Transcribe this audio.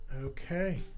Okay